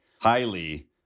highly